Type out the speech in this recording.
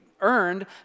earned